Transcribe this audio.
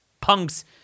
punks